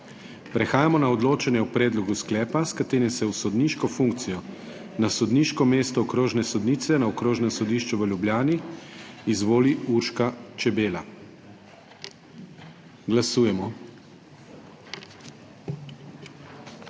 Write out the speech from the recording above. Prehajamo na odločanje o predlogu sklepa, s katerim se v sodniško funkcijo na sodniško mesto okrožne sodnice na Okrožnem sodišču v Ljubljani izvoli Urška Čebela. Glasujemo.